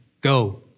go